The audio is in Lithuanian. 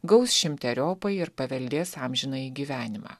gaus šimteriopai ir paveldės amžinąjį gyvenimą